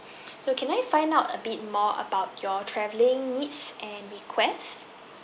so can I find out a bit more about your travelling needs and request